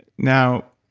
now